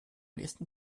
nächsten